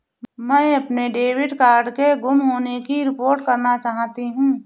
मैं अपने debit card के गुम होने की रिपोर्ट करना चाहती हूँ